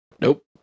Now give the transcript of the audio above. Nope